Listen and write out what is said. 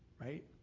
Right